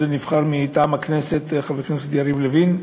שנבחר לה מטעם הכנסת חבר הכנסת יריב לוין,